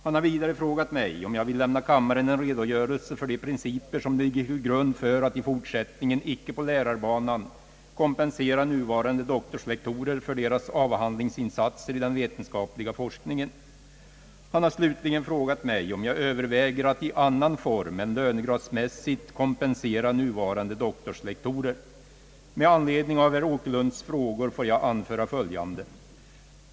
Han har vidare frågat mig om jag vill lämna kammaren en redogörelse för de principer som ligger till grund för att i fortsättningen icke på lärarbanan kompensera nuvarande doktorslektorer för deras avhandlingsinsatser i den vetenskapliga forskningen. Han har slutligen frågat mig om jag överväger att i annan form än lönegradsmässigt kompensera nuvarande doktorslektorer. Med anledning av herr Åkerlunds frågor får jag anföra följande.